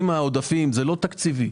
זה לא תקציבי.